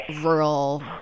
rural